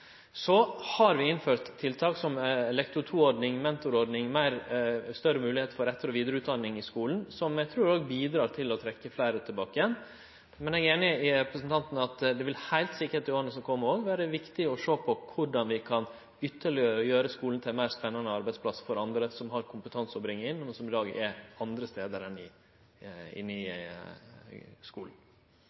Så har vi innført tiltak som Lektor 2-ordning, mentorordning og større moglegheit for etter- og vidareutdanning i skulen, som eg trur bidreg til å trekkje fleire tilbake igjen. Men eg er einig med representanten i at det i åra som kjem, heilt sikkert vil vere viktig å sjå på korleis vi ytterlegare kan gjere skulen til ein meir spennande arbeidsplass for andre som har kompetanse å bringe inn, og som i dag er andre stader enn i